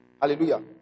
Hallelujah